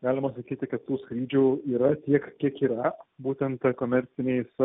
galima sakyti kad tų skrydžių yra tiek kiek yra būtent komerciniais